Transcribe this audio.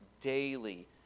daily